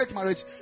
marriage